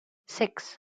six